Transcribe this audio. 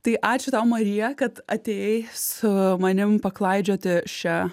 tai ačiū tau marija kad atėjai su manim paklaidžioti šia